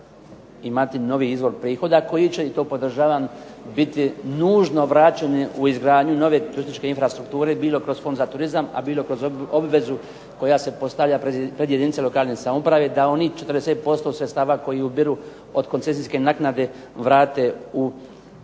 imati novi izvor prihoda koji će, i to podržavam, biti nužno vraćeni u izgradnju nove turističke infrastrukture bilo kroz Fond za turizam, a bilo kroz obvezu koja se postavlja pred jedinice lokalne samouprave da onih 40% sredstava koji ubiru od koncesijske naknade vrate u